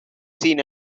seen